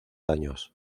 años